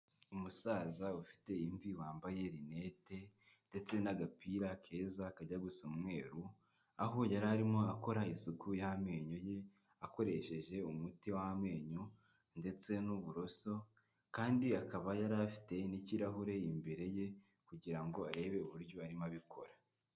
Umusaza ufite imvi wambaye rinete ndetse n'agapira keza kajya gusa umweru, aho yari arimo akora isuku y'amenyo ye, akoresheje umuti w'amenyo ndetse n'uburoso kandi akaba yari afite n'kirahure imbere ye kugira ngo arebe uburyo arimo abikora.